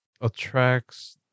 attracts